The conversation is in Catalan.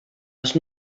els